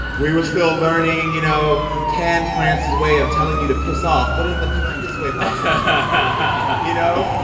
we were still learning, you know, tan france's way of telling you to piss off but in the kindest way but you know?